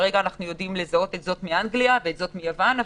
כרגע אנחנו יודעים לזהות את זאת מאנגליה ואת זאת מיוון.